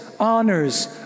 honors